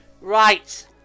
Right